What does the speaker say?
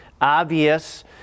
obvious